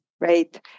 right